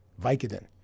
Vicodin